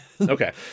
Okay